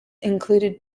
included